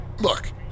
Look